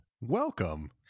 Welcome